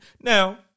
Now